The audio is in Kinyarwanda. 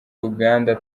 uganda